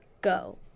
go